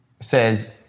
says